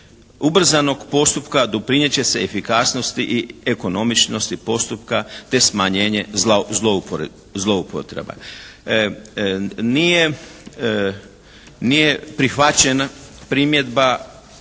ubrzanog postupka doprinijet će se efikasnosti i ekonomičnosti postupka te smanjenje zloupotreba. Nije prihvaćena primjedba